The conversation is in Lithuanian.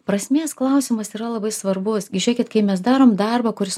prasmės klausimas yra labai svarbus gi žėkit kai mes darom darbą kuris